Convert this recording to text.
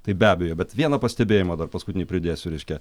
tai be abejo bet vieną pastebėjimą dar paskutinį pridėsiu reiškia